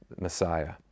Messiah